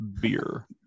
Beer